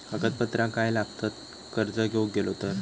कागदपत्रा काय लागतत कर्ज घेऊक गेलो तर?